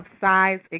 Size